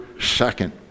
second